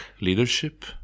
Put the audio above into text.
leadership